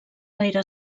gaire